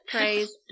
Praise